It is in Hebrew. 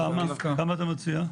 כמה אתה מציע?